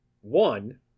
one